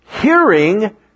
Hearing